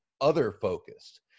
other-focused